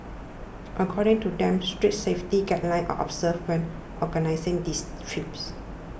according to them strict safety guidelines are observed when organising these trips